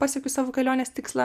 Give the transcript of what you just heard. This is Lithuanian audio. pasiekiu savo kelionės tikslą